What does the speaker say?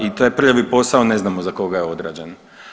I taj prljavi posao ne znamo za koga je odrađen.